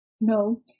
no